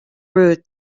rude